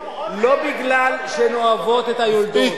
לא כי הן אוהבות את היולדות.